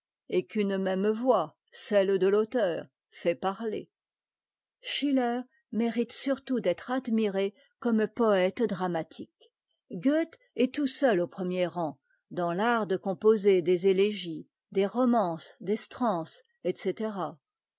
et qu'une même voix celle de fauteur fait parler schitter mérite surtout d'être admiré comme poète dramatique goethe est tout seul au premier rang dans fart de composer des élégies des romances des stances etc